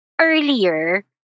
earlier